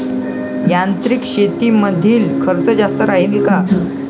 यांत्रिक शेतीमंदील खर्च जास्त राहीन का?